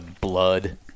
blood